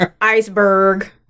Iceberg